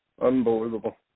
Unbelievable